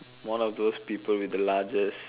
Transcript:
one of those people with the largest